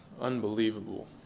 unbelievable